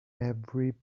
every